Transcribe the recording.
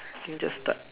can we just start